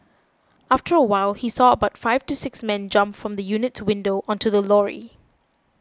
after a while he saw about five to six men jump from the unit's windows onto the lorry